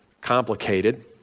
complicated